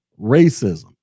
racism